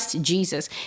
Jesus